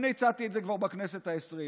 אני הצעתי את זה כבר בכנסת העשרים,